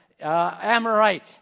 Amorite